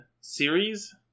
series